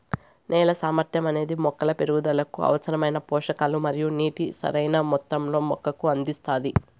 నేల సామర్థ్యం అనేది మొక్కల పెరుగుదలకు అవసరమైన పోషకాలు మరియు నీటిని సరైణ మొత్తంలో మొక్కకు అందిస్తాది